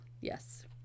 Yes